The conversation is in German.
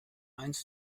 eins